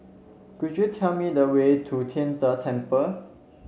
could you tell me the way to Tian De Temple